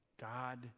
God